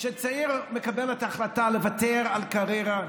כשצעיר מקבל את ההחלטה לוותר על קריירה,